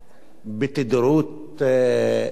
בתדירות סבירה.